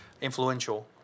influential